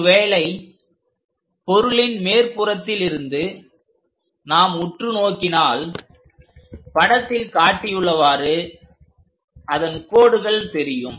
ஒருவேளை பொருளின் மேற்புறத்தில் இருந்து நாம் உற்றுநோக்கினால் படத்தில் காட்டியுள்ளவாறு அதன் கோடுகள் தெரியும்